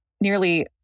nearly